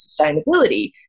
sustainability